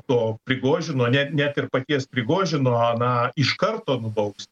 to prigožino net net ir paties prigožino na iš karto nubaust